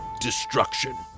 destruction